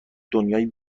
دنیایی